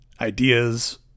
ideas